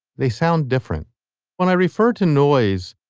they sound different when i refer to noise,